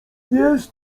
jest